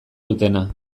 dutena